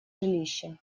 жилища